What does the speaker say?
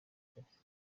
mbere